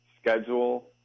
Schedule